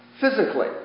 physically